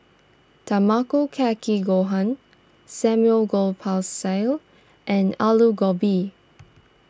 Tamago Kake Gohan Samgyeopsal and Alu Gobi